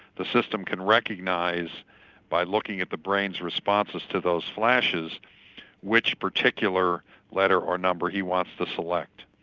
the system can recognise by looking at the brain's responses to those flashes which particular letter or number he wants to select.